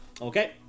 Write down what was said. Okay